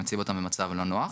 נכון.